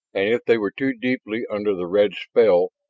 if they were too deeply under the red spell,